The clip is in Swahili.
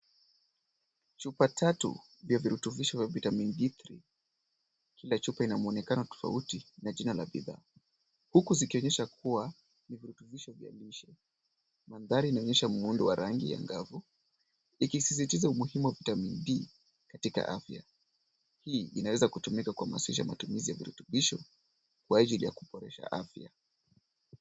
Chupa tatu vya virutubisho vya vitamin d3 . Kila chupa ina mwonekano tofauti na jina la bidhaa, huku zikionyesha kuwa ni virutubisho vya lishe. Mandhari inaonyesha muundo wa rangi angavu ikisisitiza umuhimu wa vitamin D katika afya. Hii inaweza kutumika kuhamasisha matumizi ya virutubisho kwa ajili ya kuboresha afya.